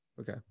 Okay